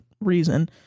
reason